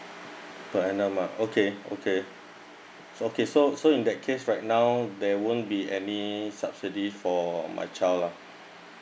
per annum ah okay okay okay so so in that case right down there won't be any subsidy for my child lah